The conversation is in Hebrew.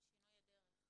על שינוי הדרך.